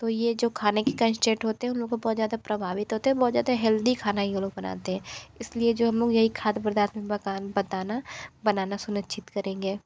तो ये जो खाने के होते हैं हम लोग को बहुत ज़्यादा प्रभावित होते हैं बहुत ज़्यादा हेल्दी खाना ये लोग बनाते हैं इस लिए जो हम लोग यही खाद्य पदार्थ में बताना बनाना सुनिश्चित करेंगे